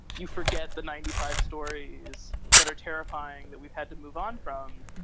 you forget the ninety five stories that are terrifying that we've had to move on from.